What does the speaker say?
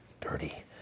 dirty